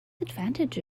advantage